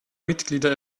mitglieder